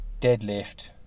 deadlift